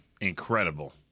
Incredible